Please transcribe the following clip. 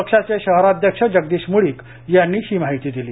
पक्षाचे शहराध्यक्ष जगदीश मुळीक यांनी ही माहिती दिली